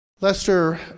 Lester